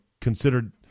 considered